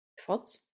thoughts